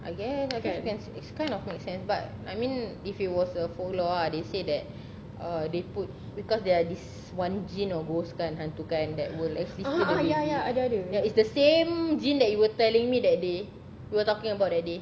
I guess it's kind of make sense but I mean if it was a follow ah they say that err they put because they are this one jin or ghost kan hantu kan that will actually steal the baby ya it's the same jin that you were telling me that day we were talking about that day I think